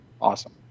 awesome